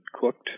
cooked